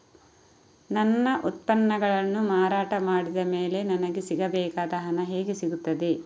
ನನ್ನ ಉತ್ಪನ್ನಗಳನ್ನು ಮಾರಾಟ ಮಾಡಿದ ಮೇಲೆ ನನಗೆ ಸಿಗಬೇಕಾದ ಹಣ ಹೇಗೆ ಸಿಗುತ್ತದೆ?